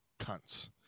cunts